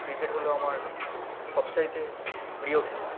cricket হল আমার সব চাইতে প্রিয় খেলা